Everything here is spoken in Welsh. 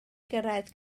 gyrraedd